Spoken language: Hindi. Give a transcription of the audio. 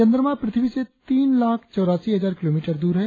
चंद्रमा पृथ्वी से तीन लाख चौरासी हजार किलोमीटर द्र है